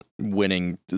winning